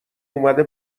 اومده